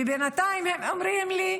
ובינתיים הם אומרים לי: